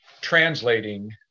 translating